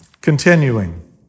Continuing